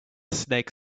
snake